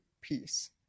peace